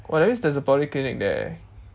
oh at least there is a polyclinic there